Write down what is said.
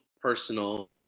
personal